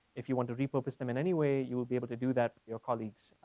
if you want to refocus them in anyway, you'll be able to do that your colleagues.